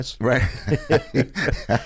Right